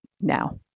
now